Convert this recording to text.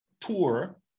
tour